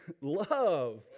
love